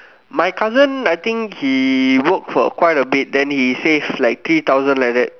my cousin I think he worked for quite a bit then he save like three thousand like that